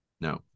No